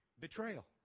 betrayal